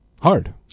hard